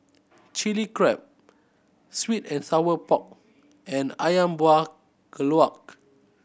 Chili Crab sweet and sour pork and Ayam Buah Keluak